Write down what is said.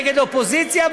נגד אופוזיציה,